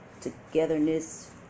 togetherness